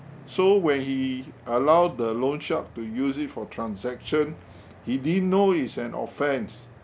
so when he allowed the loan shark to use it for transaction he didn't know it's an offense